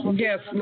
yes